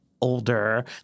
older